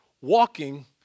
walking